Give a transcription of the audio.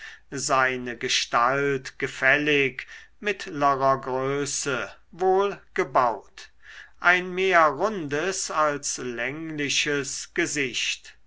seine gestalt gefällig mittlerer größe wohlgebaut ein mehr rundes als längliches gesicht